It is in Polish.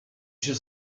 się